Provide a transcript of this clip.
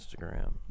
Instagram